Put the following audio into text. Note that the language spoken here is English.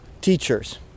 teachers